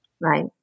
Right